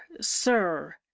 sir